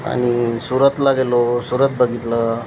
आणि सुरतला गेलो सुरत बघितलं